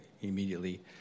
immediately